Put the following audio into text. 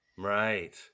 Right